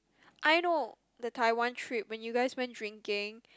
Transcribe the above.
I know the Taiwan trip when you guys went drinking